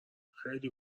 خیلی